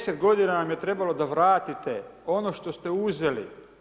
10 g. vam je trebalo da vratite ono što ste uzeli.